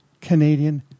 Canadian